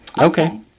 Okay